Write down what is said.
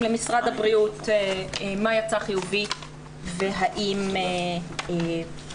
למשרד הבריאות מה יצא חיובי והאם בכלל.